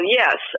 yes